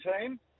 team